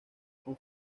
con